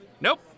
Nope